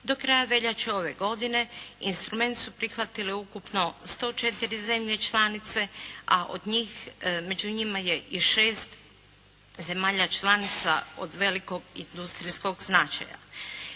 Do kraja veljače ove godine instrument su prihvatile ukupno 104 zemlje članice a među njima je i 6 zemalja članica od velikog industrijskog značaja